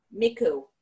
miku